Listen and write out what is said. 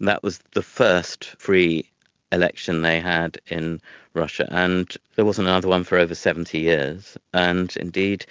that was the first free election they had in russia. and there wasn't another one for over seventy years. and indeed